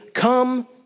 Come